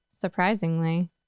surprisingly